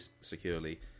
securely